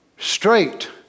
Straight